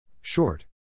Short